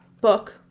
book